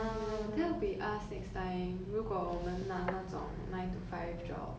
ya that will be us next time 如果我们拿那种 nine to five job